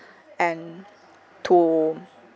and to